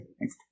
Thanks